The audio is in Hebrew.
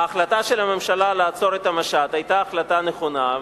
ההחלטה של הממשלה לעצור את המשט היתה החלטה נכונה,